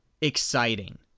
exciting